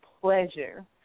pleasure